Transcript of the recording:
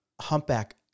humpback